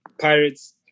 Pirates